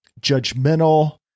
judgmental